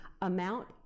amount